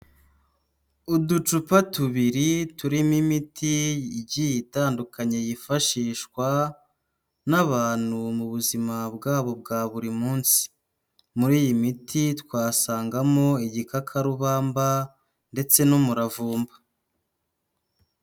Uducupa tubiri turimo imiti igiye itandukanye yifashishwa n'abantu mu buzima bwabo bwa buri munsi. Muri iyi miti twasangamo igikakarubamba ndetse n'umuravumba.